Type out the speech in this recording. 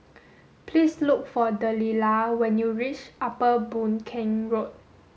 please look for Delilah when you reach Upper Boon Keng Road